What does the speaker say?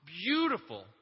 beautiful